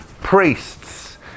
priests